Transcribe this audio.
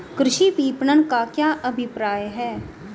कृषि विपणन का क्या अभिप्राय है?